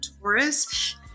Taurus